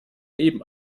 leben